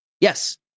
Yes